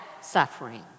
suffering